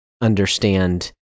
understand